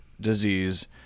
disease